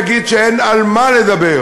יגיד שאין על מה לדבר,